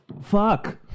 Fuck